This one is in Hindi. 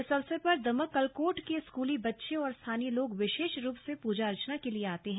इस अवसर पर दमक कलकोट के स्कूली बच्चे और स्थानीय लोग विशेष रूप से पूजा अर्चना के लिए आते हैं